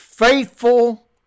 faithful